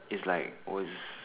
it's like !woah!